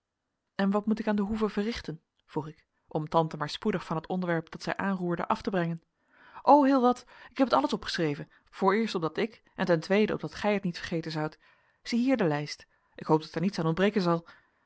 en wat moet ik aan de hoeve verrichten vroeg ik om tante maar spoedig van het onderwerp dat zij aanroerde af te brengen o heel wat ik heb het alles opgeschreven vooreerst opdat ik en ten tweede opdat gij het niet vergeten zoudt ziehier de lijst ik hoop dat er niets aan ontbreken zal